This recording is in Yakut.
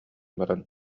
баран